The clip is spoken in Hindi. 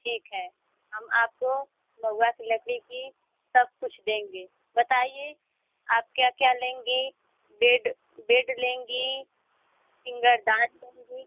ठीक है हम आपको महुआ की लकड़ी की सब कुछ देंगे बताइए आप क्या क्या लेंगी बेड बेड लेंगी सिंगारदान लेंगी